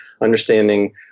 understanding